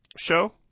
show